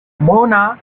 mona